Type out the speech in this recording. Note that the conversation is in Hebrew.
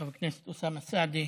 חבר הכנסת אוסאמה סעדי,